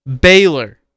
Baylor